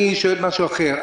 אני שואל משהו אחר,